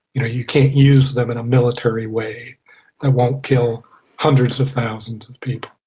you can't use them in a military way that won't kill hundreds of thousands of people.